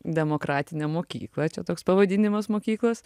demokratinę mokyklą čia toks pavadinimas mokyklos